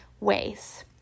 ways